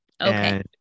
Okay